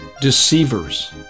deceivers